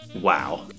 Wow